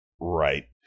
Right